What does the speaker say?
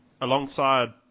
alongside